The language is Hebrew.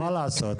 מצאנו.